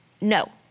No